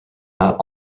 not